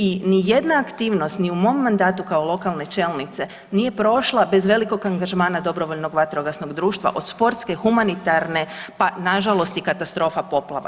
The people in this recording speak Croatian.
I ni jedna aktivnost ni u mom mandatu kao lokalne čelnice nije prošla bez velikog angažmana dobrovoljnog vatrogasnog društva, od sportske, humanitarne pa nažalost i katastrofa poplava.